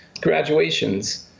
graduations